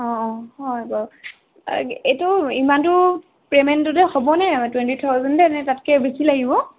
অ' অ' হয় বাৰু এইটো ইমান দূৰ পে'মেণ্টটোতে হ'বনে টুৱেণ্টি থাওজেণ্ডতে নে তাতকৈ বেছি লাগিব